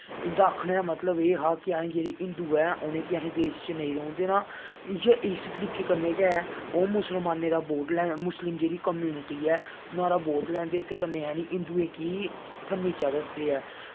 इं'दा आक्खने दा मतलब एह् हा कि असें जेह्ड़े हिन्दु ऐ उ'नेंगी असें देश च नेईं रौह्न देना इ'यै इस तरीके कन्नै गै ओह् मुस्लमानें दा वोट लै मुस्लिम जेह्ड़ी कुमनिटी ऐ नोहाड़ा वोट लैंदे ते कन्नै जानि हिन्दुएं गी नीचा दसदे ऐ